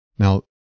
Now